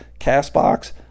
CastBox